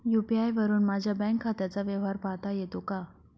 UPI वरुन माझ्या bank खात्याचा व्यवहार पाहता येतो का?